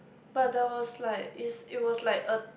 but there was like is it was like a